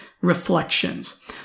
reflections